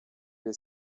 wir